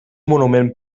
monument